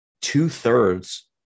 two-thirds